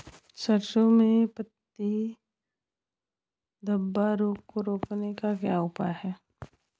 सरसों में पत्ती धब्बा रोग को रोकने का क्या उपाय है?